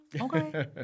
okay